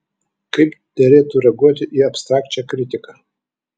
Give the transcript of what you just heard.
kaip derėtų reaguoti į abstrakčią kritiką